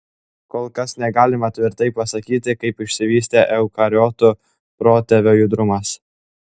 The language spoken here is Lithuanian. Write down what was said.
kol kas negalima tvirtai pasakyti kaip išsivystė eukariotų protėvio judrumas